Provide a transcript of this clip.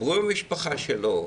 דיברו עם המשפחה שלו,